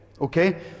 okay